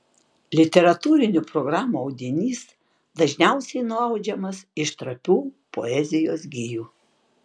literatūrinių programų audinys dažniausiai nuaudžiamas iš trapių poezijos gijų